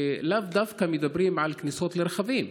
לאו דווקא מדברים על כניסות רכבים.